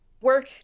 work